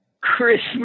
Christmas